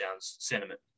sentiment